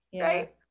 Right